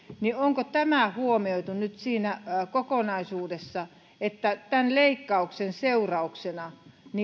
onko huomioitu nyt siinä kokonaisuudessa että tämän leikkauksen seurauksena